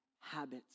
habits